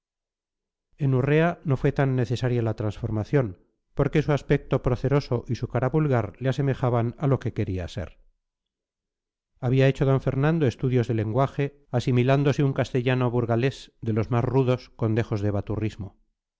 en urrea no fue tan necesaria la transformación porque su aspecto proceroso y su cara vulgar le asemejaban a lo que quería ser había hecho d fernando estudios de lenguaje asimilándose un castellano burgalés de los más rudos con dejos de